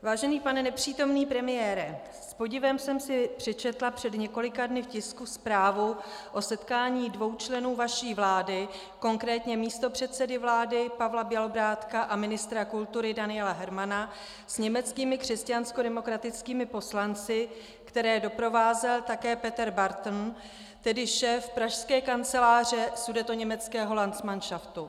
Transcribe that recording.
Vážený pane nepřítomný premiére, s podivem jsem si přečetla před několika dny v tisku zprávu o setkání dvou členů vaší vlády, konkrétně místopředsedy vlády Pavla Bělobrádka a ministra kultury Daniela Hermana, s německými křesťanskodemokratickými poslanci, které doprovázel také Peter Barton, tedy šéf pražské kanceláře sudetoněmeckého landsmanšaftu.